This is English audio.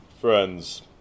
friends